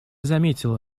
заметила